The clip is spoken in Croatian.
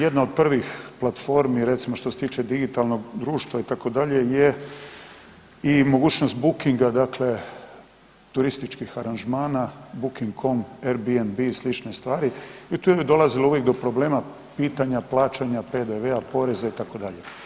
Jedna od prvih platformi je recimo što se tiče digitalnog društva itd., je i mogućnost bookinga dakle turističkih aranžmana, Booking.com, Airbnb i slične stvari jer tu je dolazilo uvijek do problema pitanja plaćanja PDV-a, poreza itd.